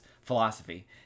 philosophy